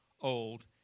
old